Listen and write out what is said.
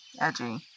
Edgy